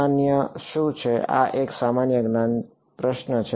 સામાન્ય શું છે આ એક સામાન્ય જ્ઞાન પ્રશ્ન છે